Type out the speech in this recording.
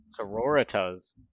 Sororitas